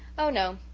oh, no.